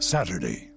Saturday